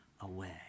away